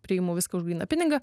priimu viską už gryną pinigą